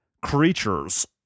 creatures